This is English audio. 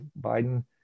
Biden